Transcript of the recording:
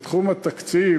בתחום התקציב,